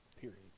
Period